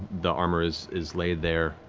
the armor is is laid there,